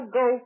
go